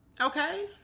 Okay